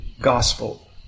gospel